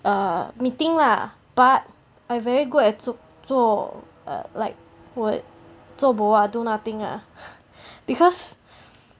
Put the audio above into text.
err meeting lah but I very good at 做做 err like what 做 boh do nothing ah because